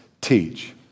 teach